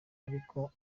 ariko